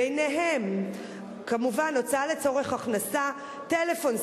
וביניהן כמובן הוצאה לצורך הכנסה: טלפון סלולרי,